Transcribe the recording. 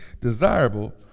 desirable